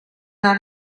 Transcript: not